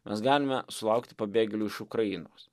mes galime sulaukt pabėgėlių iš ukrainos